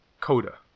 coda